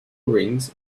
rings